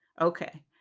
Okay